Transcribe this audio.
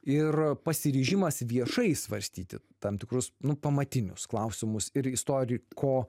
ir pasiryžimas viešai svarstyti tam tikrus nu pamatinius klausimus ir istoriko